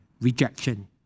rejection